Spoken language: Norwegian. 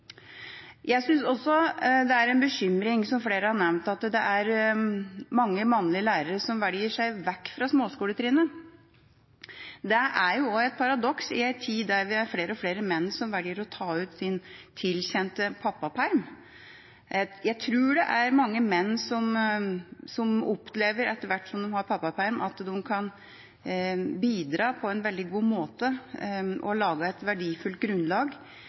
Jeg syns også det er en bekymring – som flere har nevnt – at det er mange mannlige lærere som velger seg vekk fra småskoletrinnet. Det er et paradoks i ei tid der flere og flere menn velger å ta ut sin tilkjente pappaperm. Jeg tror det er mange menn som, etter hvert som de har pappaperm, opplever at de kan bidra på en veldig god måte og legge et verdifullt grunnlag